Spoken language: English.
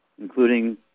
including